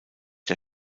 der